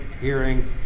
hearing